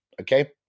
okay